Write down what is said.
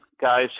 guys